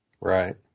Right